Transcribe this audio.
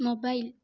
mobile